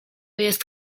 jest